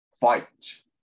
fight